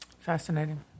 fascinating